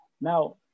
Now